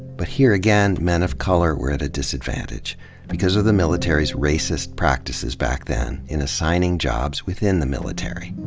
but here again, men of color were at a disadvantage because of the military's racist practices back then in assigning jobs within the military.